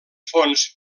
fons